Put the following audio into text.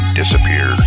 disappear